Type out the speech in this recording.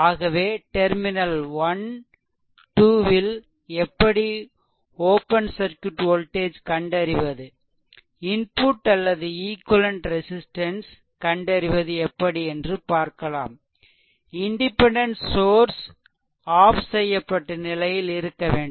ஆகவே டெர்மினல் 12 ல் எப்படி ஓப்பன் சர்க்யூட் வோல்டேஜ் கண்டறிவது இன்புட் அல்லது ஈக்வெலென்ட் ரெசிஸ்ட்டன்ஸ் கண்டறிவது எப்படி என்று பார்க்கலாம் இண்டிபெண்டென்ட் சோர்ஸ் ஆஃப் செய்யப்பட்ட நிலையில் இருக்க வேண்டும்